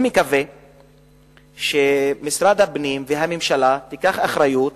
אני מקווה שמשרד הפנים והממשלה ייקחו אחריות